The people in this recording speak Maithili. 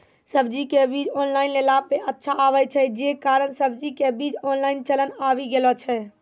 सब्जी के बीज ऑनलाइन लेला पे अच्छा आवे छै, जे कारण सब्जी के बीज ऑनलाइन चलन आवी गेलौ छै?